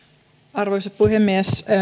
arvoisa puhemies